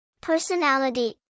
Personality